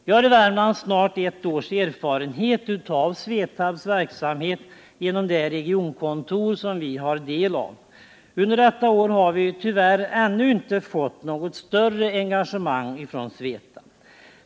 Vi har i Värmland snart ett års erfarenhet av Svetabs verksamhet genom det regionkontor som vi har del av. Under detta år har vi tyvärr ännu inte fått något större engagemang från Svetab.